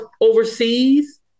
overseas